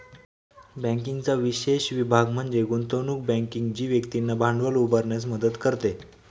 बँकिंगचा विशेष विभाग म्हणजे गुंतवणूक बँकिंग जी व्यक्तींना भांडवल उभारण्यास मदत करते